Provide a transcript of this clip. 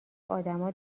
ادما